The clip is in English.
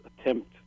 attempt